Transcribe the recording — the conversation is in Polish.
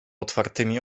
otwartymi